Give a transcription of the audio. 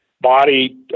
body